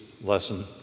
lesson